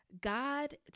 God